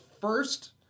first